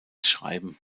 schreiben